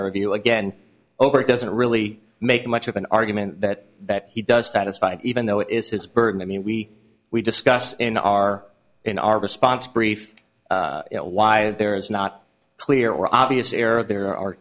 of you again over it doesn't really make much of an argument that that he does satisfied even though it's his burden i mean we we discuss in our in our response brief you know why there is not clear obvious error there are